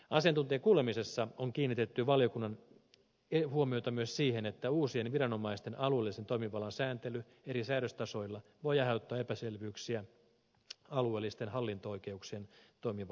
asiantuntijakuulemisessa on kiinnitetty valiokunnan huomiota myös siihen että uusien viranomaisten alueellisen toimivallan sääntely eri säädöstasoilla voi aiheuttaa epäselvyyksiä alueellisten hallinto oikeuksien toimivallan suhteen